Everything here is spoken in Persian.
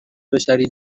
بشری